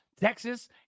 Texas